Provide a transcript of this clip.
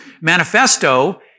manifesto